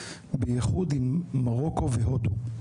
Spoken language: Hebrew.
בייחוד עם מרוקו והודו.